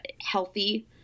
healthy